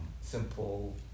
simple